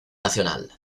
nacional